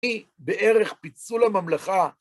היא בערך פיצול הממלכה.